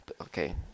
Okay